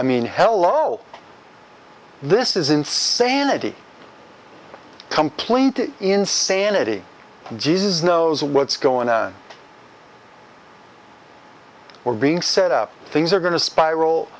i mean hello this is insanity complaint insanity and jesus knows what's going on or being set up things are going to spiral